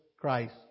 Christ